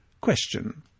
Question